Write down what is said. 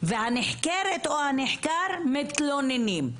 והנחקרת או הנחקר מתלוננים.